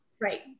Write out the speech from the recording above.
Right